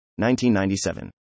1997